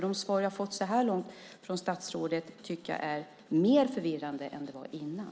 De svar jag fått så här långt från statsrådet tycker jag gör att det är mer förvirrande än vad det var innan.